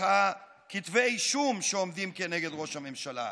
כתבי האישום שעומדים כנגד ראש הממשלה,